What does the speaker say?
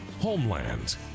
Homeland